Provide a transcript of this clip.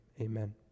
amen